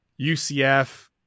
UCF